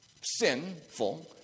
sinful